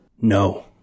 No